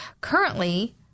Currently